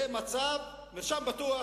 זה מרשם בטוח